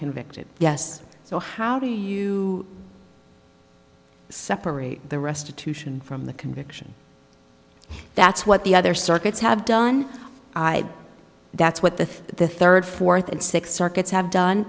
convicted yes so how do you separate the restitution from the conviction that's what the other circuits have done that's what the third fourth and sixth circuits have done